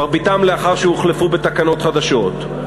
מרביתם לאחר שהוחלפו בתקנות חדשות,